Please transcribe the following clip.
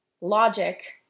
logic